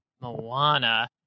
Moana